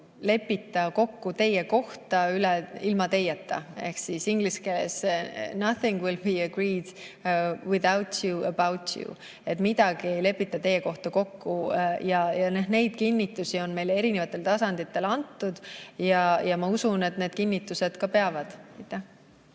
lepita teie kohta kokku ilma teieta ehk inglise keeles:nothing will be agreed without you about you. Midagi ei lepita teie kohta kokku – neid kinnitusi on meile erinevatel tasanditel antud ja ma usun, et need kinnitused ka peavad.